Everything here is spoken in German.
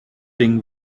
ding